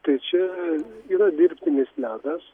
tai čia yra dirbtinis ledas